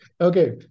Okay